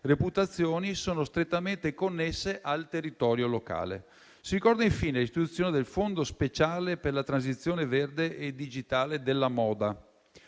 reputazioni sono strettamente connesse al territorio locale. Si ricorda infine l'istituzione del fondo speciale per la transizione verde e digitale della moda,